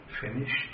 finished